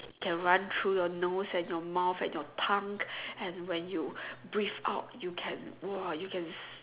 can run through your nose and your mouth and your tongue and when you breathe out you can !wah! you can s~